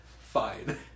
Fine